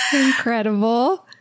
Incredible